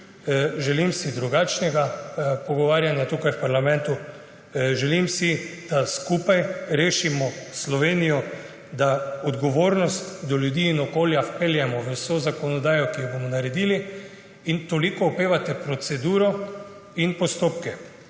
Želim si drugačnega pogovarjanja tukaj v parlamentu. Želim si, da skupaj rešimo Slovenijo, da odgovornost do ljudi in okolja vpeljemo v vso zakonodajo, ki jo bomo naredili. Toliko opevate proceduro in postopke,